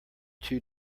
too